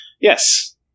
yes